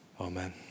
Amen